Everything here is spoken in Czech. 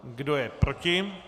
Kdo je proti?